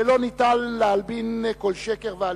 ולא ניתן להלבין כל שקר ועלילה.